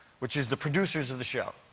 which is the producers of the show.